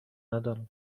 ندارند